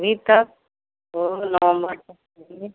अभी तक तो नवम्बर तक चाहिए